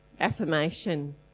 affirmation